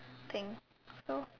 thing so